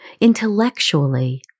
intellectually